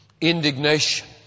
indignation